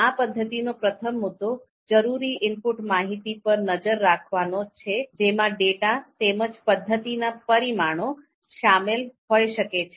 આ પદ્ધતિનો પ્રથમ મુદ્દો જરૂરી ઇનપુટ માહિતી પર નજર રાખવાનો છે જેમાં ડેટા તેમજ પદ્ધતિના પરિમાણો શામેલ હોઈ શકે છે